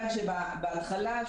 בהתחלה,